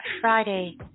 Friday